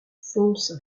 fonce